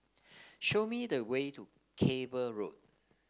show me the way to Cable Road